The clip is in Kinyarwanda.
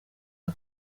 aka